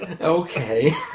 Okay